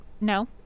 no